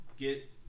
get